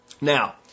Now